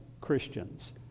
Christians